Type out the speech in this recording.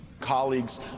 colleagues